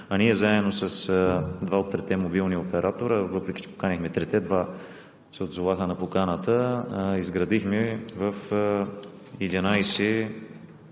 Ние, заедно с два от трите мобилни оператора, въпреки че поканихме трите, два се отзоваха на поканата, изградихме в 11